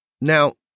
Now